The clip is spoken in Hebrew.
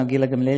גילה גמליאל,